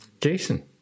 Jason